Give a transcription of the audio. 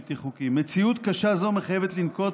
מציאות קשה זו מחייבת לנקוט